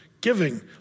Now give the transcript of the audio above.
Giving